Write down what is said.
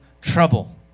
trouble